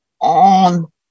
on